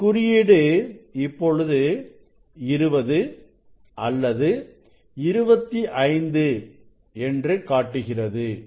இந்தக் குறியீடு இப்பொழுது 20 அல்லது 25 என்று காட்டுகிறது